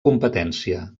competència